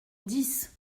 dix